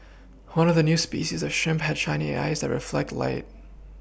one of new species of shrimp had shiny eyes that reflect light